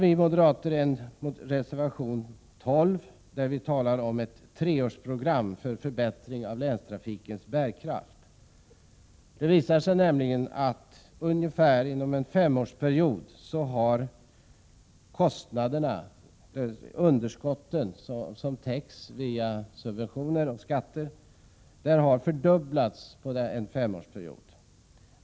Vi moderater har en reservation 12, där vi talar om ett treårsprogram för förbättring av länstrafikens bärkraft. Det visar sig nämligen att ungefär inom en femårsperiod har underskotten, som täcks via subventioner av skattemedel, fördubblats.